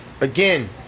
Again